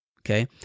okay